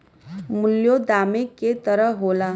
मूल्यों दामे क तरह होला